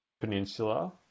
Peninsula